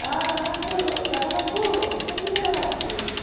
অঁ যাব লাগবো ৰ' যাব লাগবো কোনদিনা যাবা খুজছি